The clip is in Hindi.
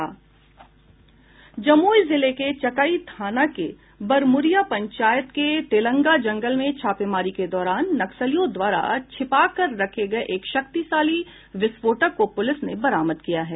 जमुई जिले के चकाई थाना के बरमुरिया पंचायत के तेलंगा जंगल में छापेमारी के दौरान नक्सलियों द्वारा छुपाकर रखे गये एक शक्तिशाली विस्फोटक को पुलिस ने बरामद किया है